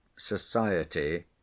society